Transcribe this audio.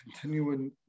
continuing